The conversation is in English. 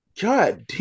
god